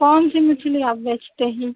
कौन सी मछली आप बेचते हैं